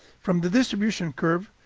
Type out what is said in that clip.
from the distribution curve,